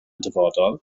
dyfodol